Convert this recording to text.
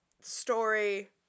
story